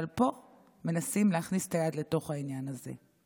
אבל פה מנסים להכניס את היד לתוך העניין הזה.